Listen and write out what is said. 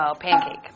pancake